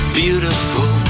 beautiful